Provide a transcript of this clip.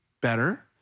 better